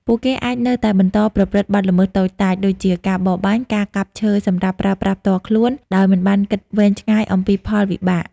ពួកគេអាចនៅតែបន្តប្រព្រឹត្តបទល្មើសតូចតាច ដូចជាការបរបាញ់ ការកាប់ឈើសម្រាប់ប្រើប្រាស់ផ្ទាល់ខ្លួន ដោយមិនបានគិតវែងឆ្ងាយអំពីផលវិបាក។